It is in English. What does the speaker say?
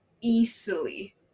easily